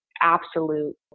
absolute